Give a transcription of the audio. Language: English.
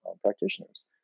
practitioners